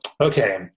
okay